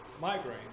migraine